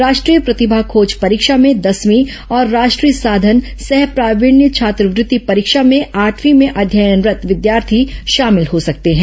राष्ट्रीय प्रतिभा खोज परीक्षा में दसवीं और राष्ट्रीय साधन सह प्रावीण्य छात्रवृत्ति परीक्षा में आठवीं में अध्ययनरत् विद्यार्थी शामिल हो सकते हैं